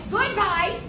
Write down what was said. Goodbye